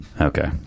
Okay